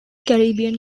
caribbean